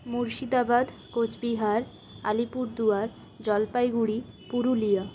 Murshidabad Cooch Behar Alipurduar Jalpaiguri Purulia